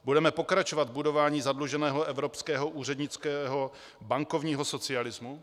Budeme pokračovat v budování zadluženého evropského úřednického bankovního socialismu?